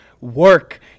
work